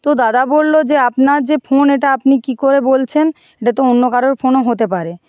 তো দাদা বললো যে আপনার যে ফোন এটা আপনি কি করে বলছেন এটা তো অন্য কারোর ফোনও হতে পারে